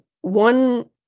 one